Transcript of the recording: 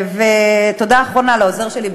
ותודה אחרונה לעוזר שלי,